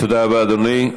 תודה רבה, אדוני.